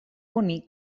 bonic